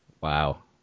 Wow